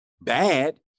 bad